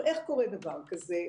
איך קורה דבר כזה?